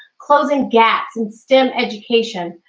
closing gaps in stem education,